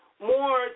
more